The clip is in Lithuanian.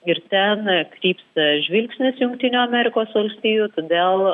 ir ten krypsta žvilgsnis jungtinių amerikos valstijų todėl